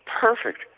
perfect